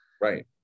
Right